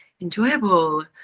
enjoyable